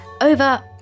over